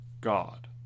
God